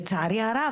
לצערי הרב,